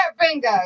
Bingo